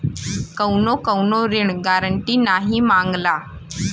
कउनो कउनो ऋण गारन्टी नाही मांगला